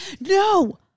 No